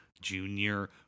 junior